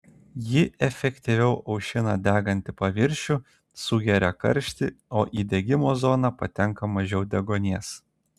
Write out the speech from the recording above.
ji efektyviau aušina degantį paviršių sugeria karštį o į degimo zoną patenka mažiau deguonies